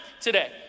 today